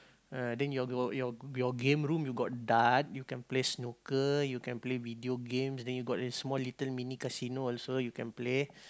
ah then your your your your game room you got dart you can play snooker you can play video games then you got your small little mini casino also you can play